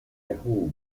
yahoo